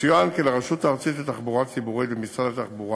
יצוין כי לרשות הארצית לתחבורה ציבורית במשרד התחבורה